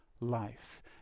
life